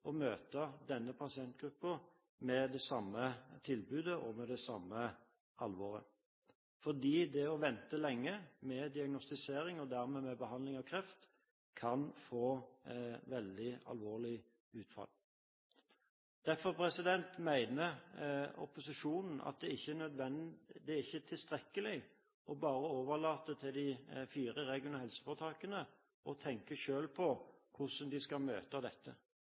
å møte denne pasientgruppen med det samme tilbudet og med det samme alvoret. Det å vente lenge med diagnostisering – og dermed med behandling av kreft – kan få veldig alvorlig utfall. Derfor mener opposisjonen at det ikke er tilstrekkelig bare å overlate til de fire regionale helseforetakene å tenke på hvordan man skal møte dette.